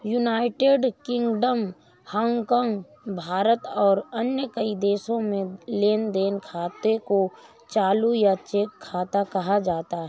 United Kingdom, Hong Kong, Bharat और कई अन्य देशों में लेन देन खाते को चालू या चेक खाता कहा जाता है